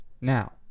Now